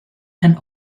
and